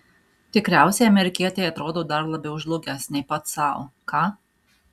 tikriausiai amerikietei atrodau dar labiau žlugęs nei pats sau ką